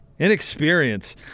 Inexperience